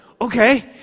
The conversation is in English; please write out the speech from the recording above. okay